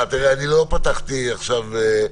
הארכות תקש"חים,